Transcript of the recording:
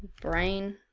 brain,